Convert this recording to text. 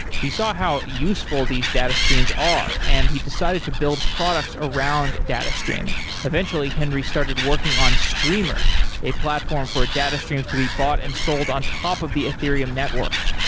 he saw how useful these data streams are, and he decided to build products around data streaming. eventually, henry started working on streamr a platform for data streams to be bought and sold on top of the ethereum network.